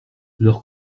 leurs